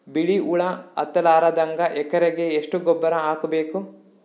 ಬಿಳಿ ಹುಳ ಹತ್ತಲಾರದಂಗ ಎಕರೆಗೆ ಎಷ್ಟು ಗೊಬ್ಬರ ಹಾಕ್ ಬೇಕು?